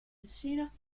messina